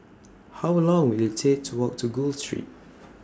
How Long Will IT Take to Walk to Gul Street